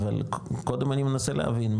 אבל קודם אני מנסה להבין,